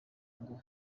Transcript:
ngo